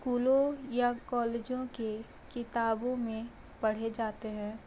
स्कूलों या कॉलेजों के किताबो में पढ़े जाते हैं